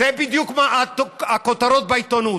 אלה בדיוק הכותרות בעיתונות.